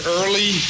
early